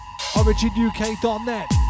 OriginUK.net